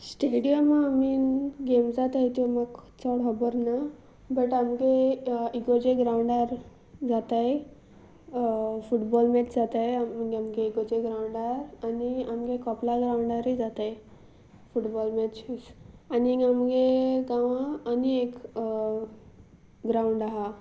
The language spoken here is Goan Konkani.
स्टेडियमा बीन गेम जातात त्यो म्हाका चड खबर ना बट आमच्या इगर्जे ग्रावंडार जातात फुटबॉल मॅच जातात आम आमच्या इगर्जे ग्राावंडार आनी आमच्या कपेला ग्रावंडारूय जातात फुटबॉल मॅचीस आनी आमच्या गांवां आनी एक ग्रावंड आसा